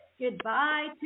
Goodbye